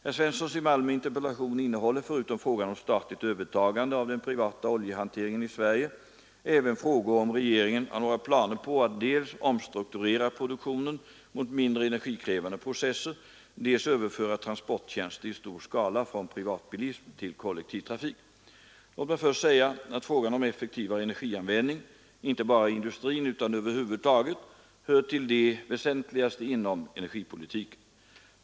Herr Svenssons i Malmö interpellation innehåller, förutom frågan om statligt övertagande av den privata oljehanteringen i Sverige, även frågor om regeringen har några planer på att dels omstrukturera produktionen mot mindre energikrävande processer, dels överföra transporttjänster i stor skala från privatbilism till kollektiv trafik. Låt mig först säga att frågan om effektivare energianvändning — inte bara i industrin utan över huvud taget — hör till de väsentligaste inom energipolitiken.